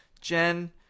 Jen